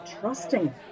trusting